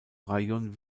rajon